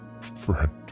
friend